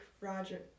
Roger